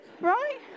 Right